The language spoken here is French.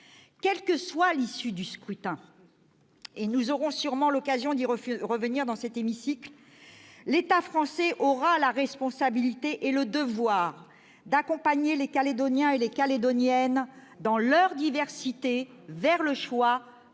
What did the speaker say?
Quelle que soit l'issue du scrutin, et nous aurons sûrement l'occasion d'y revenir dans cet hémicycle, l'État français aura la responsabilité et le devoir d'accompagner les Calédoniennes et les Calédoniens, dans leur diversité, vers le choix d'avenir